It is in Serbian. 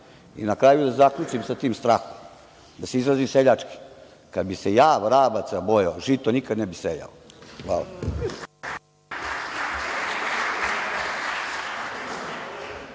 na kraju da zaključim sa tim strahom, da se izrazim seljački – kad bih se ja vrabaca bojao, žito nikad ne bih sejao. Hvala.